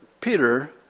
Peter